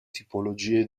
tipologie